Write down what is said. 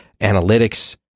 analytics